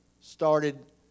started